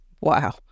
Wow